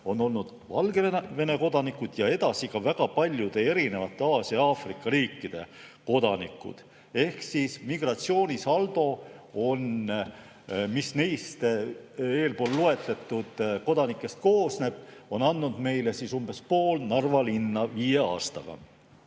on olnud Valgevene kodanikud ja ka väga paljude Aasia ja Aafrika riikide kodanikud. Ehk siis migratsioonisaldo, mis neist eespool loetletud kodanikest koosneb, on andnud meile umbes pool Narva linna viie aastaga.